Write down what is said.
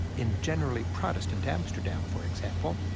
in generally protestant amsterdam, for example,